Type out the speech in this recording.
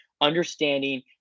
understanding